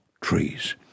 trees